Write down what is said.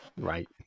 Right